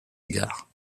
égards